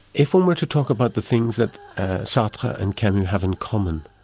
if one were to talk about the things that sartre and camus have in common,